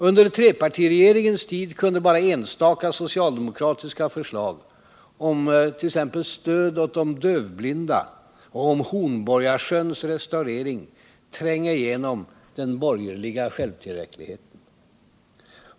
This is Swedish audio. Under trepartiregeringens tid kunde bara enstaka socialdemokratiska förslag om t.ex. stöd åt de dövblinda och om Hornborgasjöns restaurering tränga igenom den borgerliga självtillräckligheten.